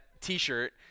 t-shirt